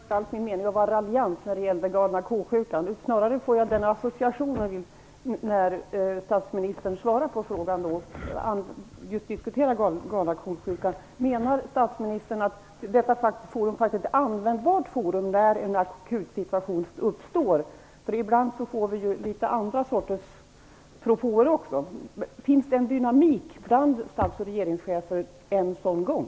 Fru talman! Det var alls inte min mening att vara raljant när det gäller "galna ko-sjukan". Snarare får jag den associationen när statsministern diskuterar "galna ko-sjukan". Menar statsministern att detta forum faktiskt är ett användbart forum när en akut situation uppstår? Ibland får vi litet andra propåer. Finns det en dynamik bland stats och regeringschefer en sådan gång?